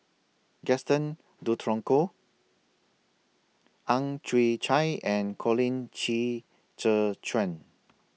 Gaston Dutronquoy Ang Chwee Chai and Colin Qi Zhe Quan